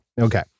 okay